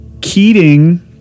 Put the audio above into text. Keating